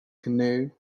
canoe